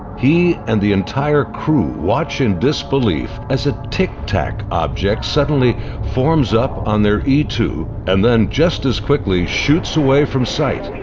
he and the entire crew watch in disbelief as a tic tac object suddenly forms up on their e two and then just as quickly shoots away from sight.